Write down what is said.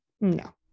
No